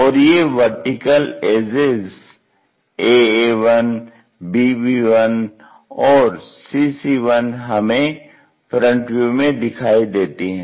और ये vertical edges aa1 bb1 और cc1 हमें FV में दिखाई देती हैं